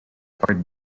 ford